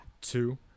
Two